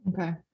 Okay